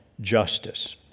justice